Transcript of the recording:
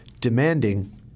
demanding